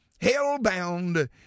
hell-bound